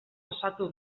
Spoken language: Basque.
osatu